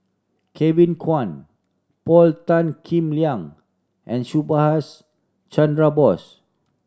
Kevin Kwan Paul Tan Kim Liang and Subhas Chandra Bose